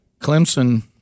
Clemson